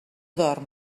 dorm